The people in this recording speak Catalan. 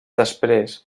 després